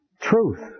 Truth